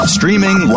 Streaming